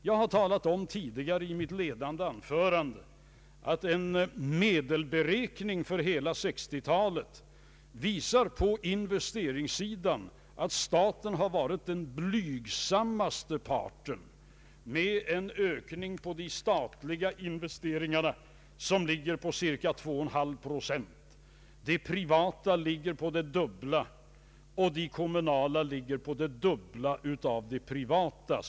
Jag har i mitt inledande anförande talat om att en medelberäkning för hela 1960-talet visar att staten har varit den blygsammaste parten på investeringssidan med en årlig ökning av de statliga investeringarna på cirka 2,5 procent. De privata investeringarnas ökning ligger på det dubbla, och de kommunalas ligger på det dubbla av de privatas.